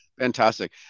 fantastic